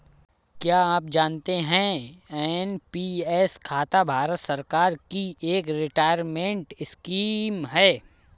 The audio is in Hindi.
क्या आप जानते है एन.पी.एस खाता भारत सरकार की एक रिटायरमेंट स्कीम है?